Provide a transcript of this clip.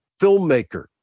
filmmaker